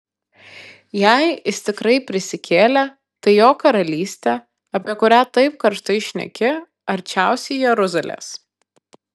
jei jis tikrai prisikėlė tai jo karalystė apie kurią taip karštai šneki arčiausiai jeruzalės